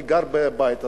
אני גר בבית כזה,